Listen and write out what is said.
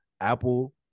Apple